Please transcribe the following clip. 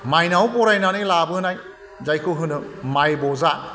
माइनाव बरायनानै लाबोनाय जायखौ होनो माइ बजा